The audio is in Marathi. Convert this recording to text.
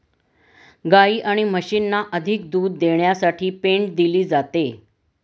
गायी आणि म्हशींना अधिक दूध देण्यासाठी पेंड दिली जाते